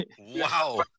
Wow